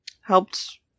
helped